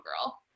girl